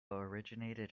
originated